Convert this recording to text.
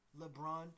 LeBron